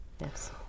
yes